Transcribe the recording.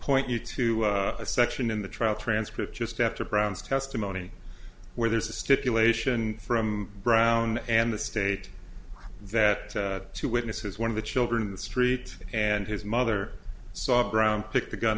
point you to a section in the trial transcript just after brown's testimony where there's a stipulation from brown and the state that two witnesses one of the children in the street and his mother saw brown pick the gun